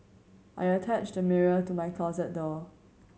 I attached the mirror to my closet door